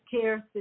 care